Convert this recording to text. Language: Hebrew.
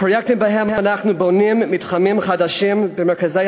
פרויקטים שבהם אנחנו בונים מתחמים חדשים במרכזי